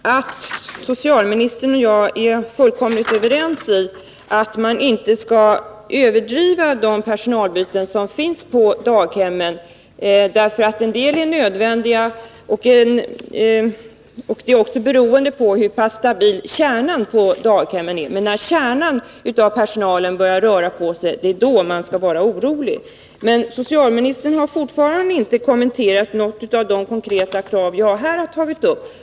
Herr talman! Jag tror att socialministern och jag är fullkomligt överens om att man inte skall överdriva när det gäller de personalbyten som förekommer på daghemmen. En bedömning av situationen är beroende av hur pass stabil kärnan på daghemmen är. Men när kärnan av personalen börjar röra på sig — det är då man skall vara orolig. Socialministern har fortfarande inte kommenterat något av de konkreta krav jag här har talat om.